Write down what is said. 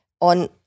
on